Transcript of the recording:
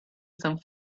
some